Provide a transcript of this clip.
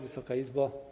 Wysoka Izbo!